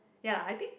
ya lah I think